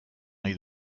nahi